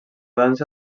dansa